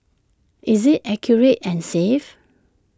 is IT accurate and safe